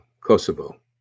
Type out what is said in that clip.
kosovo